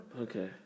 Okay